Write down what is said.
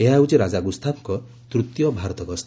ଏହା ହେଉଛି ରାଜା ଗୁସ୍ତାଫଙ୍କ ତୂତୀୟ ଭାରତ ଗସ୍ତ